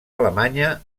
alemanya